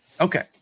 Okay